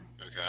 Okay